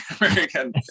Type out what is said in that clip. American